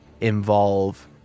involve